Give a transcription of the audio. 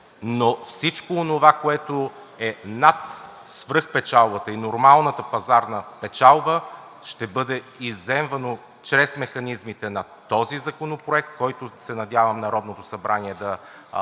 Но всичко онова, което е над свръхпечалбата и нормалната пазарна печалба, ще бъде изземвано чрез механизмите на този законопроект, който се надявам Народното събрание да приеме.